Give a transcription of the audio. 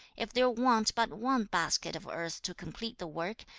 if there want but one basket of earth to complete the work,